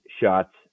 shots